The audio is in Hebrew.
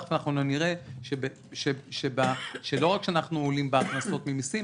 תכף נראה שלא רק שאנחנו עולים בהכנסות ממסים,